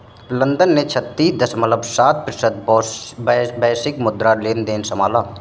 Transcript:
London ने छत्तीस दश्मलव सात प्रतिशत वैश्विक मुद्रा लेनदेन संभाला